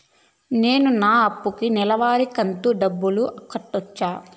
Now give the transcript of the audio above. నేను నా అప్పుకి నెలవారి కంతు డబ్బులు కట్టొచ్చా?